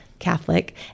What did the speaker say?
Catholic